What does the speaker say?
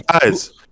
guys